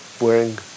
wearing